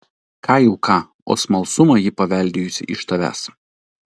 ką jau ką o smalsumą ji paveldėjusi iš tavęs